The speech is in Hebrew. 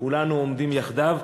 כולנו עומדים יחדיו.